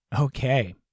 Okay